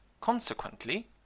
Consequently